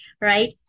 right